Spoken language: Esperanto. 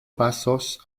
pasos